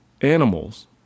animals